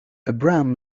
abraham